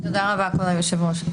תודה רבה כבוד היושב ראש.